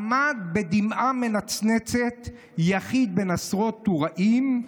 // עמד בדמעה מנצנצת / יחיד בין עשרות טוראים.